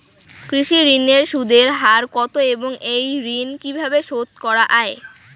কৃষি ঋণের সুদের হার কত এবং এই ঋণ কীভাবে শোধ করা য়ায়?